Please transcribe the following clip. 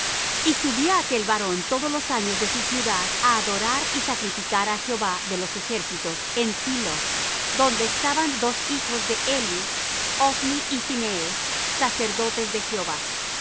y subía aquel varón todos los años de su ciudad á adorar y sacrificar á jehová de los ejércitos en silo donde estaban dos hijos de eli ophni y phinees sacerdotes de jehová y